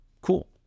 Cool